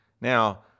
Now